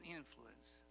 influence